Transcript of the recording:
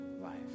life